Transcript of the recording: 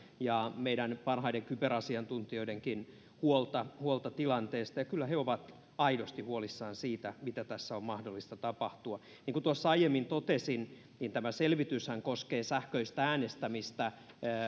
ja meidän parhaiden kyberasiantuntijoidemmekin huolta huolta tilanteesta ja kyllä he ovat aidosti huolissaan siitä mitä tässä on mahdollista tapahtua niin kuin tuossa aiemmin totesin tämä selvityshän koskee sähköistä äänestämistä